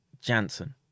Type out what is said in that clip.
Janssen